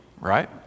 right